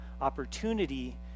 opportunity